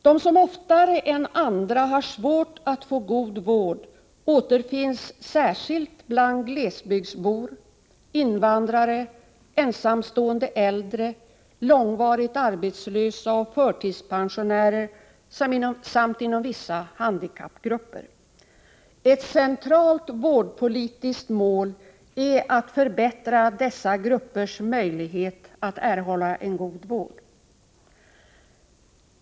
De som oftare än andra har svårt att få god vård återfinns särskilt bland glesbygdsbor, invandrare, ensamstående äldre, långvarigt arbetslösa och förtidspensionärer samt inom vissa handikappgrupper. Ett centralt vårdpolitiskt mål är att förbättra dessa gruppers möjligheter att erhålla en god vård.